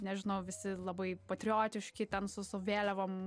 nežinau visi labai patriotiški ten su vėliavom